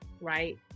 right